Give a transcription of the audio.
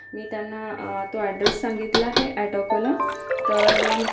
मी त्यांना तो ॲड्रेस सांगितला आहे ॲट अकोला तर